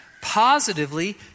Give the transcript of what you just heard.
positively